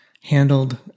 handled